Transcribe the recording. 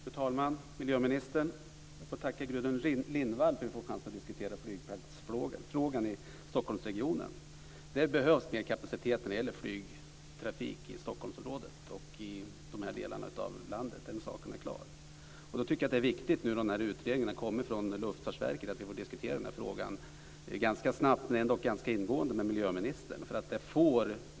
Fru talman! Miljöministern! Jag får tacka Gudrun Lindvall för att vi får chansen att diskutera flygplatsfrågan i Stockholmsregionen. Det behövs mer kapacitet när det gäller flygtrafik i Stockholmsområdet och i de här delarna av landet - den saken är klar. När utredningen från Luftfartsverket har kommit är det viktigt att vi får diskutera frågan snabbt men ändock ingående med miljöministern.